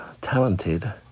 talented